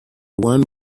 one